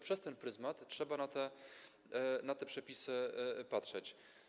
Przez ten pryzmat trzeba na te przepisy patrzeć.